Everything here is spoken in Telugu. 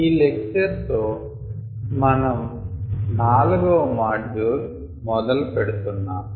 ఈ లెక్చర్ తో మనం 4 వ మాడ్యూల్ మొదలు పెడుతున్నాము